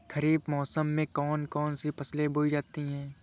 खरीफ मौसम में कौन कौन सी फसलें बोई जाती हैं?